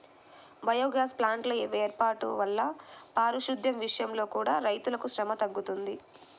biogas ప్లాంట్ల వేర్పాటు వల్ల పారిశుద్దెం విషయంలో కూడా రైతులకు శ్రమ తగ్గుతుంది